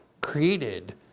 created